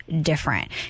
different